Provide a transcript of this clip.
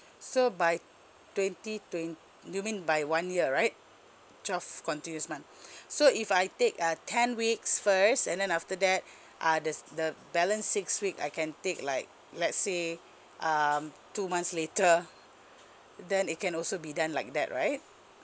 so by twenty twen~ you mean by one year right twelve continuous month so if I take uh ten weeks first and then after that uh the the balance six week I can take like let's say um two months later then it can also be done like that right